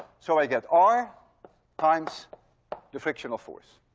so i get r times the frictional force.